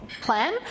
plan